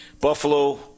Buffalo